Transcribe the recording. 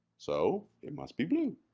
so, it must be blue.